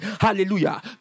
Hallelujah